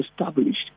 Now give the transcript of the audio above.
established